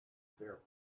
fair